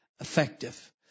effective